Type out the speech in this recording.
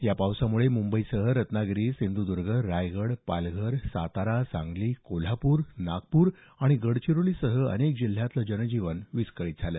या पावसामुळे मुंबईसह रत्नागिरी सिंधुद्ग रायगड पालघर सातारा सांगली कोल्हापूर नागपूर आणि गडचिरोलीसह अनेक जिल्ह्यांत जनजीवन विस्कळीत झालं